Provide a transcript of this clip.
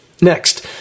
Next